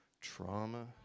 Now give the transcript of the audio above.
Trauma